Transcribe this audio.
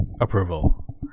approval